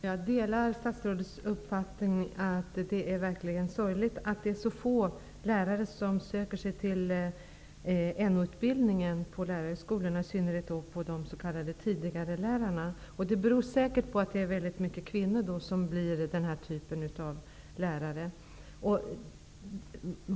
Herr talman! Jag delar statsrådets uppfattning att det är verkligen sorgligt att så få lärare söker sig till NO-utbildningen på Lärarhögskolan, i synnerhet när det gäller de s.k. tidigare-lärarna. Det beror säker på att det är väldigt många kvinnor som utbildar sig till den här typen av lärare.